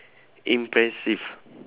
impressive